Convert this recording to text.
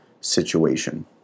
situation